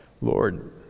Lord